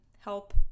help